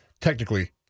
technically